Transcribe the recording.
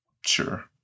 sure